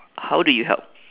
how do you help